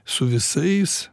su visais